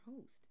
host